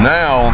now